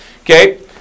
Okay